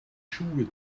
schuhe